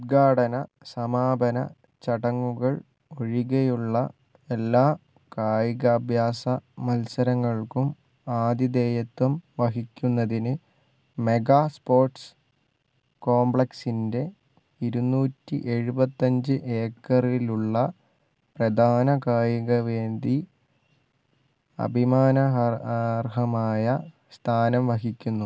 ഉദ്ഘാടനം സമാപന ചടങ്ങുകൾ ഒഴികെയുള്ള എല്ലാ കായികാഭ്യാസ മത്സരങ്ങള്ക്കും ആതിഥേയത്വം വഹിക്കുന്നതിന് മെഗാ സ്പോർട്സ് കോംപ്ലക്സിൻ്റെ ഇരുന്നൂറ്റി എഴുപത്തി അഞ്ച് ഏക്കറിലുള്ള പ്രധാന കായികവേദി അഭിമാനം അര്ഹമായ സ്ഥാനം വഹിക്കുന്നു